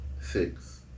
six